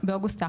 באוגוסט האחרון,